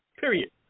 Period